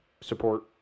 support